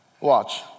Watch